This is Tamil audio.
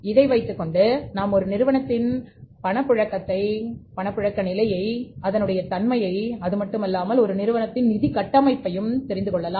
இதை வைத்துக் கொண்டு நாம் ஒரு நிறுவனத்தின் உடைய பணப்புழக்கம் நிலையை அதனுடைய தன்மையை அதுமட்டுமல்லாமல் ஒரு நிறுவனத்தின் நிதி கட்டமைப்பையும் தெரிந்துகொள்ளலாம்